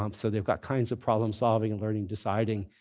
um so they've got kinds of problem solving and learning, deciding,